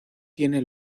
tiene